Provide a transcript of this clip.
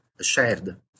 shared